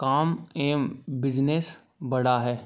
काम एवम् बिजनेस बढ़ा है